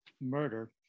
murder